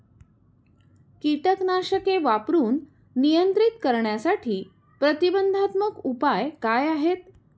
कीटकनाशके वापरून नियंत्रित करण्यासाठी प्रतिबंधात्मक उपाय काय आहेत?